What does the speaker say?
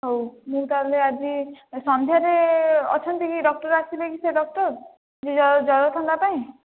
ହେଉ ମୁଁ ତାହେଲେ ଆଜି ସନ୍ଧ୍ୟାରେ ଅଛନ୍ତି କି ଡକ୍ଟର ଆସିବେକି ସେ ଡକ୍ଟର ଯିଏ ଜର ଜର ଥଣ୍ଡା ପାଇଁ